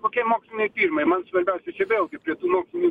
kokie moksliniai tyrimai man svarbiausia čia vėlgi prie tų mokinių